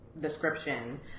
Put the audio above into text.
description